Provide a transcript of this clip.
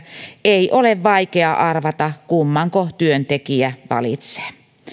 ei ole vaikeaa arvata kummanko työntekijä valitsee